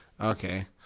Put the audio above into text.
Okay